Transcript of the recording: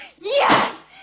yes